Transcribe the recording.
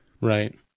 Right